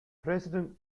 president